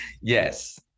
Yes